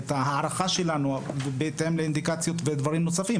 את ההערכה שלנו בהתאם לאינדיקציות ודברים נוספים,